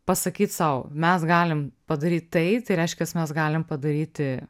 pasakyt sau mes galim padaryt tai reiškias mes galim padaryti